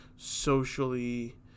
Socially